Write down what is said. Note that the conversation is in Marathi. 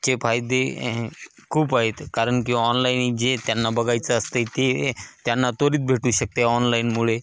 चे फायदे खूप आहेत कारण की ऑनलाईन जे त्यांना बघायचं असतं ते त्यांना त्वरित भेटू शकते ऑनलाईन मुळे